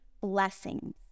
blessings